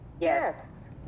Yes